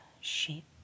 sheep